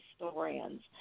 historians